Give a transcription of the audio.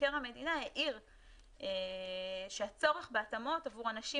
מבקר המדינה העיר שהצורך בהתאמות עבור אנשים